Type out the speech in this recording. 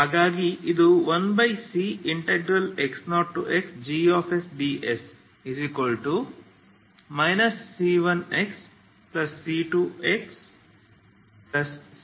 ಹಾಗಾಗಿ ಇದು 1cx0xgsds c1xc2xc1x0 c2